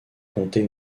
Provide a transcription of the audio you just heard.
compter